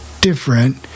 different